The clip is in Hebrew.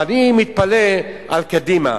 ואני מתפלא על קדימה.